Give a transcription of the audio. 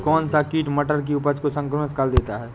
कौन सा कीट मटर की उपज को संक्रमित कर देता है?